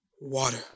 water